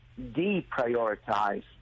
deprioritize